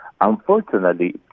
Unfortunately